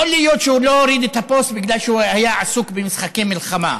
יכול להיות שהוא לא הוריד את הפוסט בגלל שהוא היה עסוק במשחקי מלחמה,